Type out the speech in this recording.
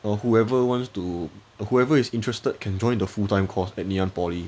or whoever wants to whoever is interested can join the full time course at ngee ann poly